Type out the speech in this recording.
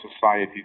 society